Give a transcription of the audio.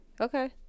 Okay